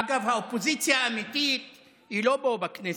אגב, האופוזיציה האמיתית היא לא פה בכנסת,